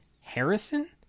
Harrison